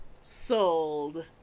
sold